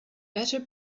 better